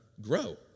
grow